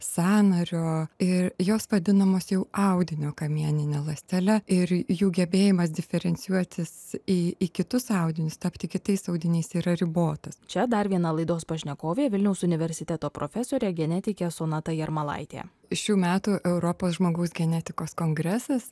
sąnario ir jos vadinamos jau audinio kamienine ląstele ir jų gebėjimas diferencijuotis į į kitus audinius tapti kitais audiniais yra ribotas čia dar viena laidos pašnekovė vilniaus universiteto profesorė genetike sonata jarmalaitė šių metų europos žmogaus genetikos kongresas